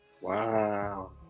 wow